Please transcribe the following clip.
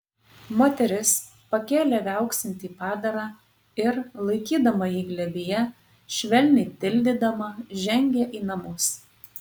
moteris pakėlė viauksintį padarą ir laikydama jį glėbyje švelniai tildydama žengė į namus